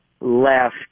left